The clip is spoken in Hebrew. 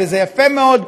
וזה יפה מאוד,